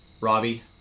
Robbie